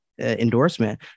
endorsement